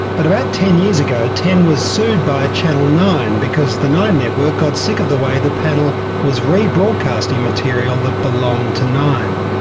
but about ten years ago, ten was sued by channel nine, because the nine network got sick of the way the panel was rebroadcasting material that belonged to nine.